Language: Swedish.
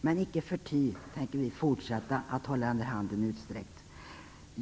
Men icke förty tänker vi fortsätta att hålla den handen utsträckt.